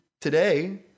Today